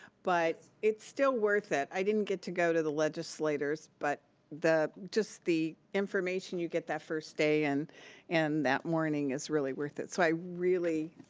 but it's still worth it. i didn't get to go to the legislatures, but just the information you get that first day and and that morning is really worth it, so i really,